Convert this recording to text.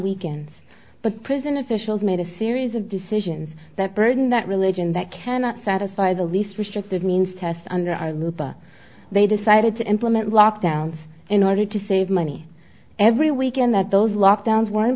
weekends but prison officials made a series of decisions that burden that religion that cannot satisfy the least restrictive means test under our luba they decided to implement lock downs in order to save money every week and that those lockdowns one